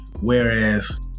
Whereas